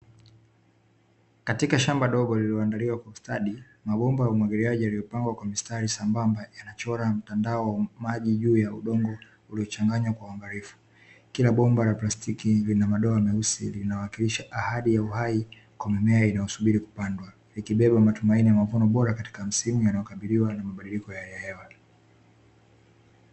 Katika shamba dogo lililo andaliwa kwa ustadi mabomba ya umwagiliaji yaliyopangwa kwa mistari sambamba yenye yanachora mtandao wa maji juu ya udongo uliochanganywa kwa uangalifu. Kila bomba la plastiki lina madoa meusi lina wakilisha ahadi ya uhai kwa mimea inayosubiri kupandwa, likibeba matumaini kwa mavuno bora katika msimu yanaokabiriwa na mabadiiko ya hali ya hewa.